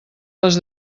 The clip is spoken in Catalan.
les